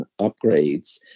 upgrades